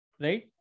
right